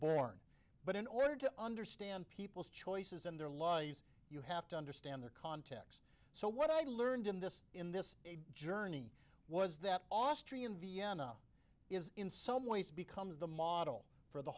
born but in order to understand people's choices in their lives you have to understand their context so what i learned in this in this journey was that austrian vienna is in some ways becomes the model for the